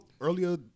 earlier